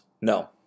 No